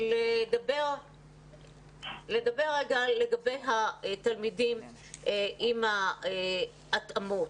לדבר לגבי התלמידים עם ההתאמות.